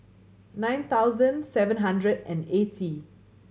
nine thousand seven hundred and eighty